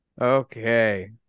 Okay